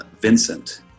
Vincent